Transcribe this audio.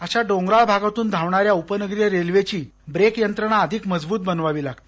अशा डोंगराळ भागातून धावणान्या उपनगरीय रेल्वेची ब्रेक यंत्रणा अधिक मजबूत बनवावी लागते